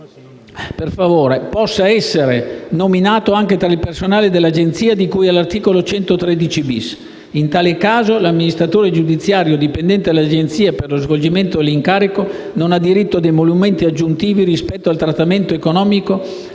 giudiziario possa essere nominato anche tra il personale dell'Agenzia di cui all'articolo 113-*bis*. In tal caso, l'amministratore giudiziario dipendente dall'Agenzia per lo svolgimento dell'incarico non ha diritto a emolumenti aggiuntivi rispetto al trattamento economico